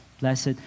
Blessed